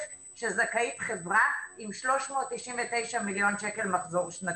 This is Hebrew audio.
שזכאית חברה עם 399 מיליון שקל מחזור שנתי.